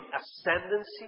ascendancy